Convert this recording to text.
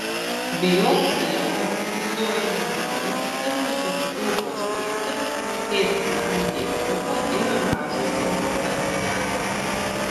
bijok dievo suaimanavau ir nusisukau pažiūrėti kaip nerangiai kruta ir rąžosi bundanti gatvė